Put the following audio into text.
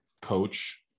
coach